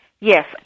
Yes